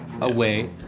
away